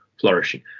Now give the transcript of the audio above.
flourishing